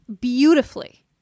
beautifully